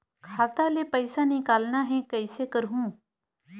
खाता ले पईसा निकालना हे, कइसे करहूं?